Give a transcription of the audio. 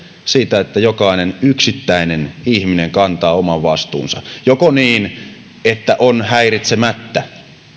siitä että jokainen yksittäinen ihminen kantaa oman vastuunsa joko niin että on häiritsemättä